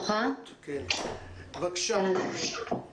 מיוחדים וטיפוח הצוותים החינוכיים ובפיתוח יידע.